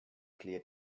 clear